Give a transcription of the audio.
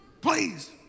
please